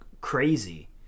crazy